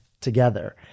together